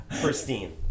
pristine